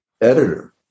editor